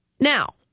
Now